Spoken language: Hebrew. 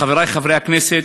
חברי חברי הכנסת,